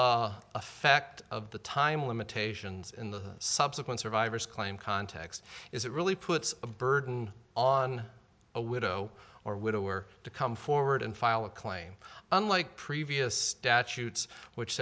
effect of the time limitations in the subsequent survivors claim context is it really puts a burden on a widow or widower to come forward and file a claim unlike previous statutes which